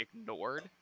ignored